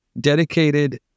dedicated